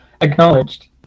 acknowledged